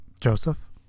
Joseph